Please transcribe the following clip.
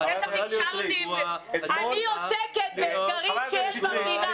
את יכולה להיות רגועה --- אני עוסקת באתגרים שיש במדינה.